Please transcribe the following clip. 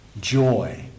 joy